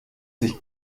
sich